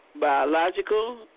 biological